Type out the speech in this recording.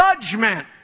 judgment